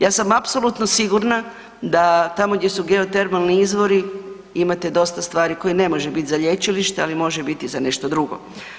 Ja sam apsolutno sigurna da tamo gdje su geotermalni izvori imate dosta stvari koje ne može biti za lječilište, ali može biti za nešto drugo.